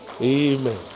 Amen